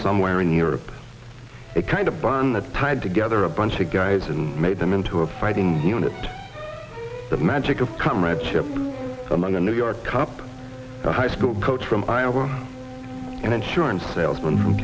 somewhere in europe a kind of bond the tied together a bunch of guys and made them into a fighting unit the magic of comradeship among a new york cop a high school coach from iowa an insurance salesman from